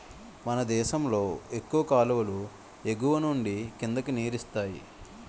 మనదేశంలో ఎక్కువ కాలువలు ఎగువనుండి కిందకి నీరిస్తాయి